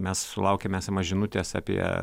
mes sulaukiame žinutės apie